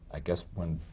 i guess when